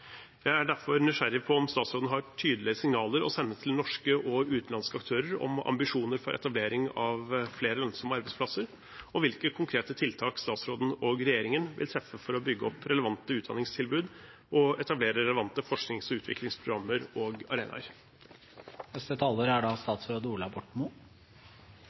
Jeg er derfor nysgjerrig på om statsråden har tydelige signaler å sende til norske og utenlandske aktører om ambisjoner for etablering av flere lønnsomme arbeidsplasser og hvilke konkrete tiltak statsråden og regjeringen vil treffe for å bygge opp relevante utdanningstilbud og etablere relevante forsknings- og utviklingsprogrammer og arenaer.